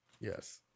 Yes